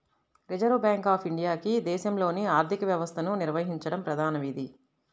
reserve bank of ఇండియాకి దేశంలోని ఆర్థిక వ్యవస్థను నిర్వహించడం ప్రధాన విధి